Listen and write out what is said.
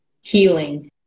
healing